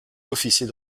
officier